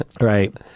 Right